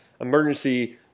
emergency